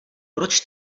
proč